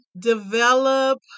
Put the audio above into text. develop